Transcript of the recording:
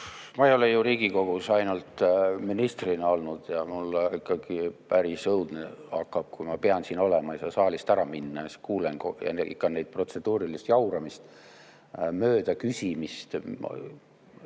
Ma ei ole ju Riigikogus ainult ministrina olnud ja mul hakkab ikkagi päris õudne, kui ma pean siin olema: ei saa saalist ära minna ja siis kuulen ikka protseduurilist jauramist, mööda küsimist,